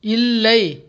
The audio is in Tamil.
இல்லை